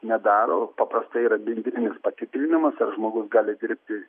nedaro paprastai yra bendrinis patikrinimas ar žmogus gali dirbti